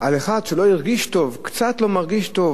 על אחד שקצת לא מרגיש טוב